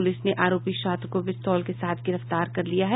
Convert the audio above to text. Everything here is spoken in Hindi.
पुलिस ने आरोपी छात्र को पिस्तौल के साथ गिरफ्तार कर लिया है